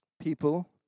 people